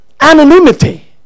anonymity